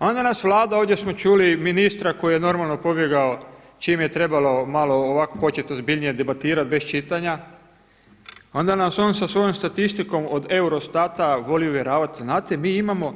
A onda nas Vlada ovdje smo čuli ministra koji je normalno pobjegao čim je trebalo malo ovako početi ozbiljnije debatirati bez čitanja, onda nas on sa svojom statistikom od Eurostata voli uvjeravati, znate mi imamo